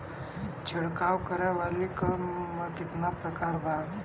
छिड़काव करे वाली क कितना प्रकार बा?